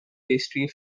pastry